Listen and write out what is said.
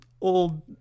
old